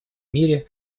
мире